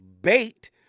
bait